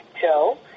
Joe